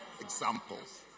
Examples